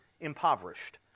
impoverished